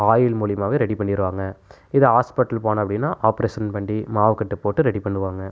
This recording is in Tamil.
ஆயில் மூலிமாவே ரெடி பண்ணிடுவாங்க இது ஹாஸ்பிடல் போன அப்படினா ஆபரேசன் பண்ணி மாவு கட்டு போட்டு ரெடி பண்ணுவாங்க